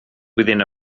within